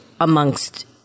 amongst